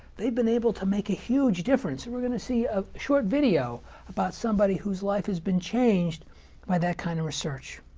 they've been able to make a huge difference. and we're going to see a short video about somebody whose life has been changed by that kind of research.